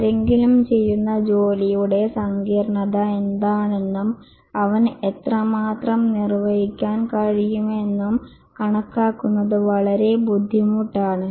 ആരെങ്കിലും ചെയ്യുന്ന ജോലിയുടെ സങ്കീർണ്ണത എന്താണെന്നും അവന് എത്രമാത്രം നിർവഹിക്കാൻ കഴിയുമെന്നും കണക്കാക്കുന്നത് വളരെ ബുദ്ധിമുട്ടാണ്